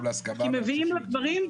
כי מביאים לה דברים,